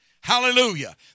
Hallelujah